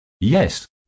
Yes